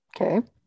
okay